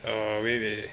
err wait wait wait